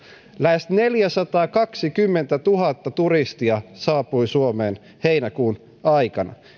lähes neljäsataakaksikymmentätuhatta turistia saapui suomeen heinäkuun aikana